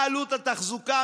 מה עלות התחזוקה,